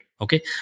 Okay